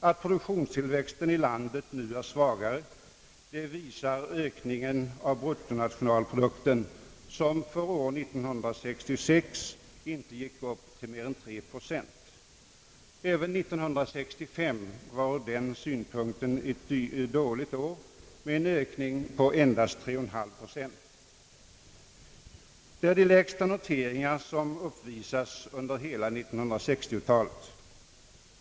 Att produktionstillväxten i landet nu är svagare visar ökningen av bruttonationalprodukten, som för år 1966 inte uppgick till mer än 3 procent. Även 1965 var ett dåligt år med en ökning på endast 3,5 procent. Det är de lägsta noteringar som uppvisats under hela 1960-talet.